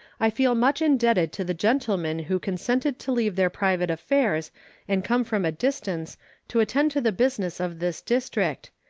i feel much indebted to the gentlemen who consented to leave their private affairs and come from a distance to attend to the business of this district,